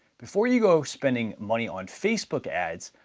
before you go spending money on facebook ads,